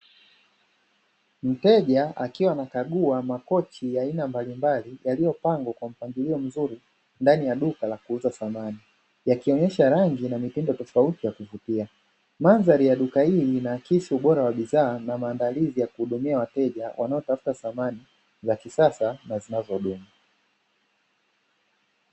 Mteja akiwa anakagua makochi aina mbalimbali yaliyopangwa kwa mpangilio mzuri, ndani ya duka la kuuza samani yakionyesha rangi na mitindo tofauti ya kuvutia mandhari ya duka hili linaakisi ubora wa bidhaa na maandalizi ya kuhudumia wateja wanaotafuta samani za kisasa na zinazodumu.